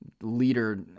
leader